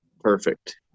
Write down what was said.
perfect